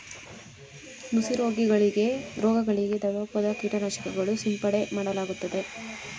ನುಸಿ ರೋಗಗಳಿಗೆ ದ್ರವರೂಪದ ಕೀಟನಾಶಕಗಳು ಸಿಂಪಡನೆ ಮಾಡಲಾಗುತ್ತದೆ